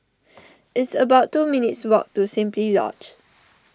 it's about two minutes' walk to Simply Lodge